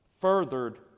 furthered